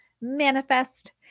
manifest